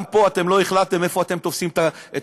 גם פה אתם לא החלטתם איפה אתם תופסים את המקל.